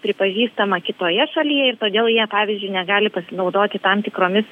pripažįstama kitoje šalyje ir todėl jei pavyzdžiui negali pasinaudoti tam tikromis